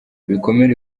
ibikomere